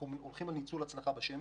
אלא אנחנו הולכים לכיוון של השמש.